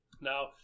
Now